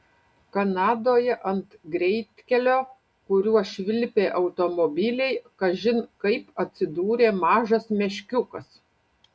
kanadoje ant greitkelio kuriuo švilpė automobiliai kažin kaip atsidūrė mažas meškiukas